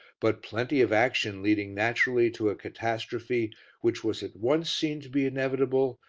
but plenty of action leading naturally to a catastrophe which was at once seen to be inevitable,